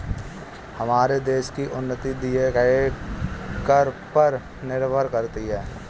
हमारे देश की उन्नति दिए गए कर पर निर्भर करती है